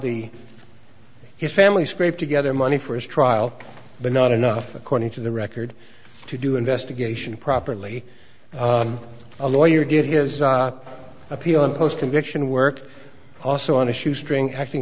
the his family scraped together money for his trial but not enough according to the record to do investigation properly a lawyer get his appeal and post conviction work also on a shoestring acting